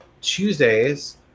Tuesdays